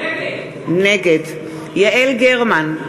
נגד יעל גרמן,